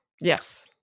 Yes